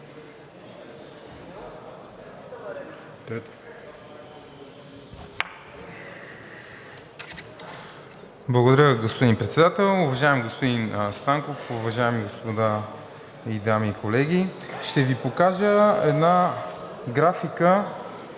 Благодаря, господин Председател. Уважаеми господин Станков, уважаеми господа и дами колеги, ще Ви покажа една графика